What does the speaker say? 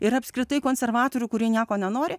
ir apskritai konservatorių kurie nieko nenori